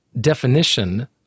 definition